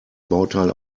bauteil